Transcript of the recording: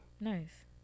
Nice